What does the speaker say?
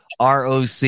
ROC